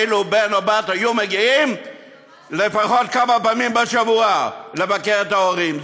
אילו בן או בת היו מגיעים לפחות כמה פעמים בשבוע לבקר את ההורים.